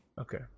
Okay